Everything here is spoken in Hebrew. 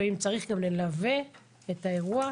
ואם צריך גם נלווה את האירוע,